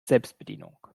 selbstbedienung